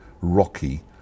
rocky